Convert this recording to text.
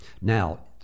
now